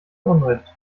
unrecht